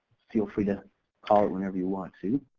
feel free to call it whenever you want to.